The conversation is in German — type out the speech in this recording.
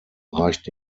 reicht